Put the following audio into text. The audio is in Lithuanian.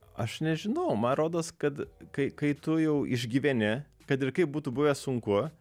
aš nežinau man rodos kad kai kai tu jau išgyveni kad ir kaip būtų buvę sunku